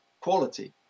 quality